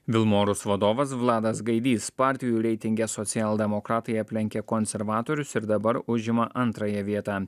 vilmorus vadovas vladas gaidys partijų reitinge socialdemokratai aplenkė konservatorius ir dabar užima antrąją vietą